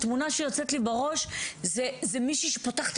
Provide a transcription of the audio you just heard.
התמונה שיוצאת לי בראש זה מישהי שפותחת